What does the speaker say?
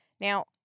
Now